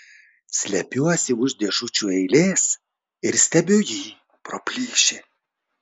slepiuosi už dėžučių eilės ir stebiu jį pro plyšį